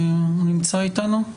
הוא נמצא איתנו.